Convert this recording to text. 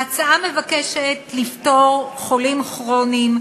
ההצעה מבקשת לפטור חולים כרוניים,